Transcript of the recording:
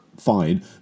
Fine